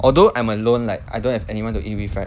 although I'm alone like I don't have anyone to eat with right